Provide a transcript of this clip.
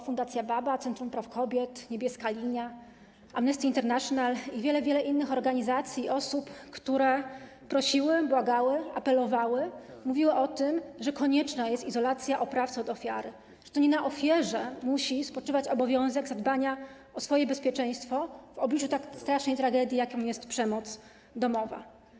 Fundacja BABA, Centrum Praw Kobiet, Niebieska Linia, Amnesty International i wiele, wiele innych organizacji, osób prosiło, błagało, apelowało, mówiło o tym, że konieczna jest izolacja oprawcy od ofiary, że to nie na ofierze musi spoczywać obowiązek zadbania o swoje bezpieczeństwo w obliczu tak strasznej tragedii, jaką jest przemoc domowa.